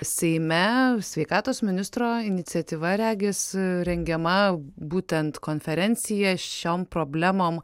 seime sveikatos ministro iniciatyva regis rengiama būtent konferencija šiom problemom